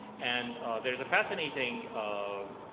and there is a fascinating um